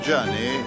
journey